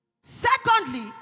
Secondly